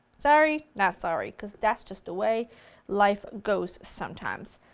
sorry, not sorry because that's just the way life goes sometimes.